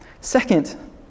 Second